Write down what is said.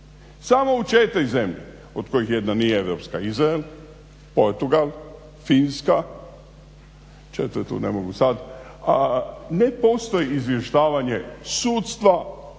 Samo u 4 zemlje od koje jedna nije europska Izrael, Portugal, Finska, 4.ne mogu sada, a ne postoji izvještavanje sudstva